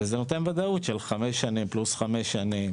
וזה נותן וודאות של חמש שנים פלוס חמש שנים